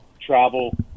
travel